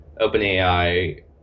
OpenAI